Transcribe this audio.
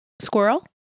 Squirrel